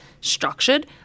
structured